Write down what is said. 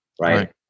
Right